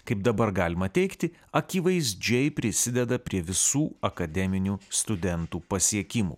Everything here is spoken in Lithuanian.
kaip dabar galima teigti akivaizdžiai prisideda prie visų akademinių studentų pasiekimų